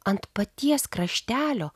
ant paties kraštelio